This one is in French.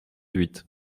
huit